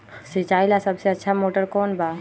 सिंचाई ला सबसे अच्छा मोटर कौन बा?